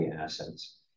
assets